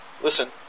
listen